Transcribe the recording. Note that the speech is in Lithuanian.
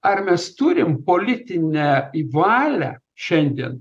ar mes turim politinę valią šiandien